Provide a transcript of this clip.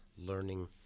Learning